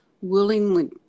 willingly